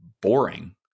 boring